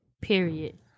Period